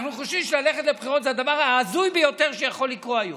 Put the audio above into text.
אנחנו חושבים שללכת לבחירות זה הדבר ההזוי ביותר שיכול לקרות היום.